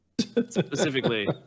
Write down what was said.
Specifically